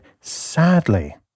sadly